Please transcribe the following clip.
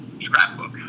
scrapbook